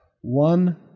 One